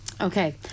Okay